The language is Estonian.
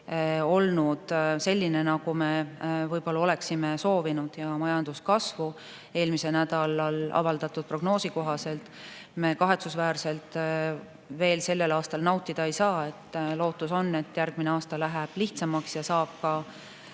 olnud selline, nagu me võib-olla oleksime soovinud. Majanduskasvu eelmisel nädalal avaldatud prognoosi kohaselt me kahetsusväärselt veel sellel aastal nautida ei saa, aga lootus on, et järgmine aasta läheb lihtsamaks ja saab ka